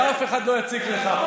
ואף אחד לא יציק לך.